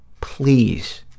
please